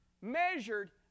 measured